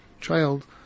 child